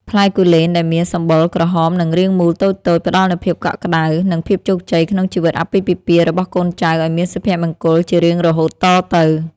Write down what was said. ផ្លែគូលែនដែលមានសម្បុរក្រហមនិងរាងមូលតូចៗផ្តល់នូវភាពកក់ក្តៅ និង ភាពជោគជ័យក្នុងជីវិតអាពាហ៍ពិពាហ៍របស់កូនចៅឱ្យមានសុភមង្គលជារៀងរហូតតទៅ។